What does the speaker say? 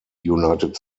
united